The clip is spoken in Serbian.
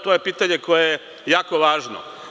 To je pitanje koje je jako važno.